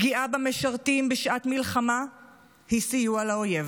פגיעה במשרתים בשעת מלחמה היא סיוע לאויב,